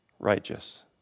Righteous